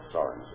Sorry